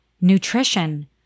nutrition